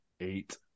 Eight